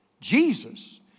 Jesus